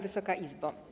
Wysoka Izbo!